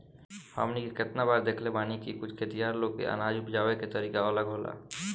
हमनी के केतना बार देखले बानी की कुछ खेतिहर लोग के अनाज उपजावे के तरीका अलग होला